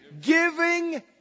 Giving